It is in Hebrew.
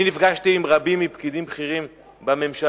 אני נפגשתי עם רבים מהפקידים הבכירים בממשלה,